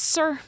Sir